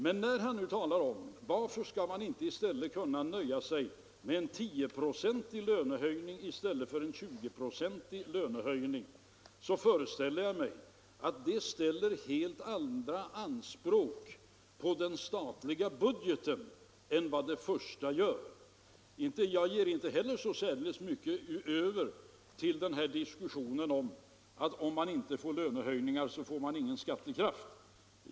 Han talar nu om frågan: Varför skall man inte kunna nöja sig med en 10-procentig lönehöjning i stället för en 20-procentig? Jag föreställer mig att det senare alternativet reser helt andra anspråk på den statliga budgeten än vad det första gör. Jag har inte så särdeles mycket till övers för resonemanget att om man inte får lönehöjningar så får man ingen skattekraft.